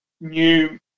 new